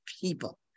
people